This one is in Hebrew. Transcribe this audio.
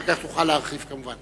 אחר כך נוכל להרחיב, כמובן.